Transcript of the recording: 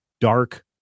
dark